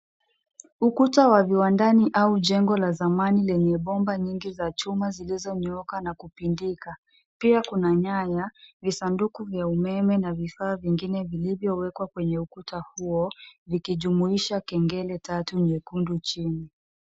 Ukuta wa viwandani au jengo la zamani lenye bomba nyingi za chuma zilizonyooka na kupindika. Pia kuna nyaya, visanduku vya umeme na vifaa vingine vilivyowekwa kwenye ukuta huo vikijumuisha kengele tatu nyekundu chini.